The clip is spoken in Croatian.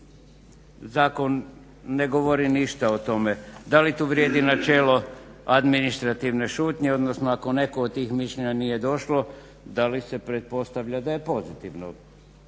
ako ne? Zakon ne govori ništa o tome. Da li tu vrijedi načelo administrativne šutnje, odnosno ako neko od tih mišljenja nije došlo da li se pretpostavlja da je pozitivno.